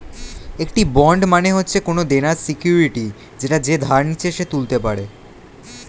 একটি বন্ড মানে হচ্ছে কোনো দেনার সিকিউরিটি যেটা যে ধার নিচ্ছে সে তুলতে পারে